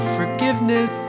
forgiveness